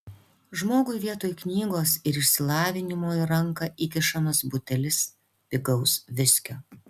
žmogui vietoj knygos ir išsilavinimo į ranką įkišamas butelis pigaus viskio